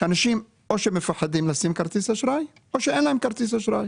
שאנשים או שמפחדים לשים כרטיס אשראי או שאין להם כרטיס אשראי.